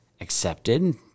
accepted